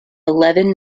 eleven